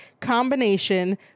combination